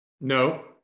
No